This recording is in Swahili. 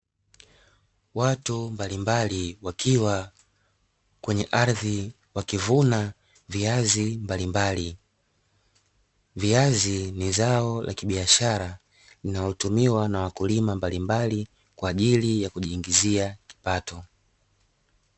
Watu mbalimbali wakiwa kwenye ardhi wakivuna viazi mbalimbali, viazi ni zao la kibiashara linalotumiwa na wakulima mbalimbali kwa ajili ya kujiingiza kipato.